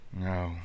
No